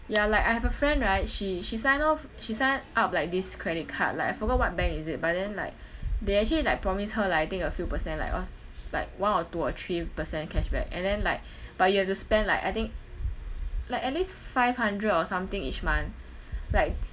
ya like I have a friend right she she sign off she sign up like this credit card like I forgot what bank is it but then like they actually like promise her like I think a few percent like what like one or two or three percent cashback and then like but you have to spend like I think like at least f~ five hundred or something each month like